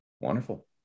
Wonderful